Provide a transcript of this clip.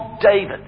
David